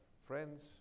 friends